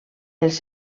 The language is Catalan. els